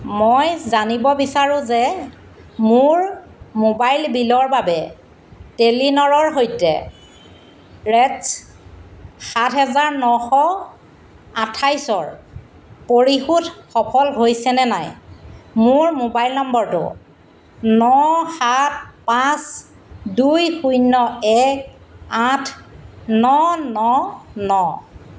মই জানিব বিচাৰোঁ যে মোৰ মোবাইল বিলৰ বাবে টেলিনৰৰ সৈতে ৰেটছ সাত হেজাৰ নশ আঠাইছৰ পৰিশোধ সফল হৈছেনে নাই মোৰ মোবাইল নম্বৰটো ন সাত পাঁচ দুই শূন্য এক আঠ ন ন ন